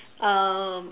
um